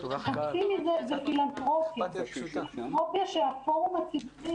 חצי מזה זה פילנתרופיה שהפורום הציבורי